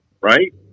right